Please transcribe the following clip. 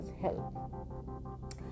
help